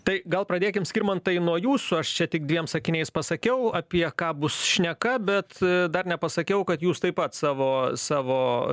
tai gal pradėkim skirmantai nuo jūsų aš čia tik dviem sakiniais pasakiau apie ką bus šneka bet dar nepasakiau kad jūs taip pat savo savo